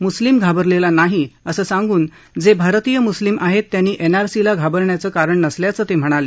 मुस्लिम घाबरलेला नाही अस सांगुन जे भारतीय मुस्लिम आहेत त्यांनी एन आर सीला घाबरण्याचे कारण नसल्याचं ते म्हणाले